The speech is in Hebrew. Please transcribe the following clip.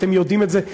אתם יודעים את זה.